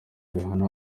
rihana